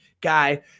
guy